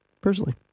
personally